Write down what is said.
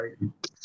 right